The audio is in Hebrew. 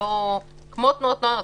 תנועות נוער.